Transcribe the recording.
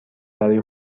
برای